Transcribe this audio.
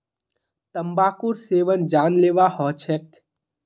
तंबाकूर सेवन जानलेवा ह छेक